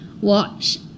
watch